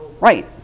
Right